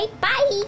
Bye